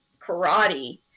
karate